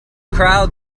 crowd